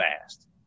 fast